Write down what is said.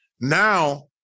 Now